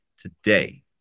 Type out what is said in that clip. today